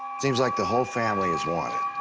seems like the whole family is wanted.